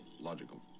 logical